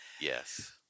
yes